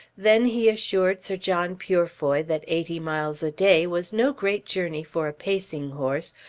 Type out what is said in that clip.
then he assured sir john purefoy that eighty miles a day was no great journey for a pacing horse,